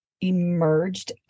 emerged